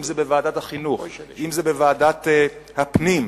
אם בוועדת החינוך,